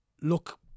look